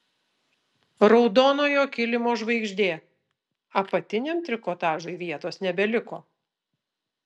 raudonojo kilimo žvaigždė apatiniam trikotažui vietos nebeliko